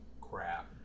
crap